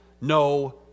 no